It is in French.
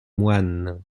moines